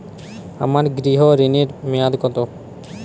আমার গৃহ ঋণের মেয়াদ কত?